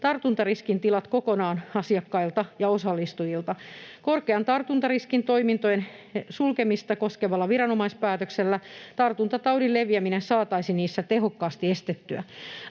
tartuntariskin tilat kokonaan asiakkailta ja osallistujilta. Korkean tartuntariskin toiminnan tilojen sulkemista koskevalla viranomaispäätöksellä tartuntataudin leviäminen saataisiin niissä tehokkaasti estettyä.